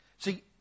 See